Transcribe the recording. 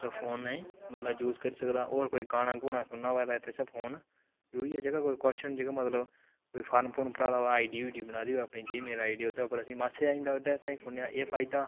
मतलब फोनै गी बंदा यूज करी सकदा होर कोई गाना गुना सुनना होऐ तां इस आस्तै फोन इ'यै कोई क्वश्चन मतलब कोई फार्म फुर्म भराए दा होऐ आईडी अयूडी बनादी होऐ अपनी जी मेल ओहदे उप्पर असें ई मैसज आई जंदा ओह्दे आस्तै ई फोनै दा एह् फायदा